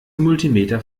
multimeter